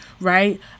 right